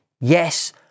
yes